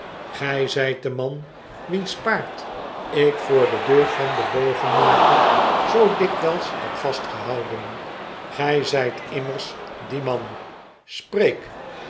gy zyt de man wiens paard ik voor de deur van den bogenmaker zoo dikwyls heb vastgehouden gj zytimmers die man spreek